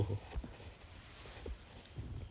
err I I I hope you're not the only C_I_C hor